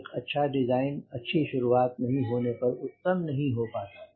एक अच्छा डिज़ाइन अच्छी शुरुआत नहीं होने पर उत्तम नहीं हो पाता है